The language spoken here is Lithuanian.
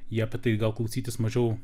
jie apie tai gal klausytis mažiau